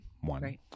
One